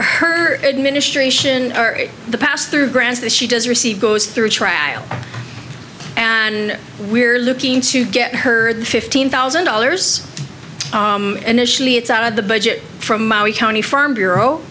her administration the pass through grants that she does receive goes through trial and we're looking to get her the fifteen thousand dollars initially it's out of the budget from maui county farm bureau